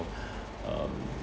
um